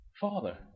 Father